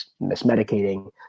mismedicating